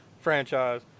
franchise